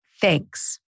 Thanks